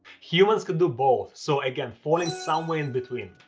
humans can do both, so, again, falling somewhere in-between.